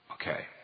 Okay